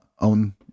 own